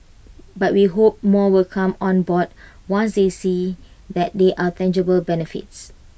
but we hope more will come on board once they see that there are tangible benefits